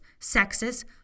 sexist